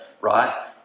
right